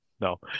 no